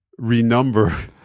renumber